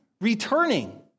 returning